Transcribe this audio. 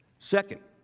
second,